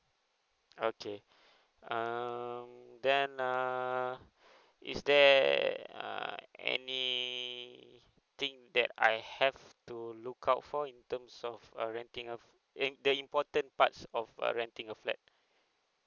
okay um then err is there err any thing that I have to look out for in terms of uh renting a uh the important parts of uh renting a flat